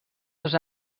dos